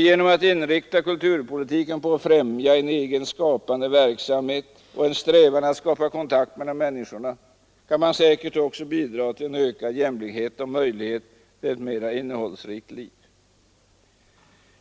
Genom att inrikta kulturpolitiken på att främja en egen skapande verksamhet och eftersträva kontakt mellan människorna, kan man säkerligen också bidra till en ökad jämlikhet och ge möjligheter till ett mera innehållsrikt liv.